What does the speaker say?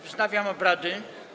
Wznawiam obrady.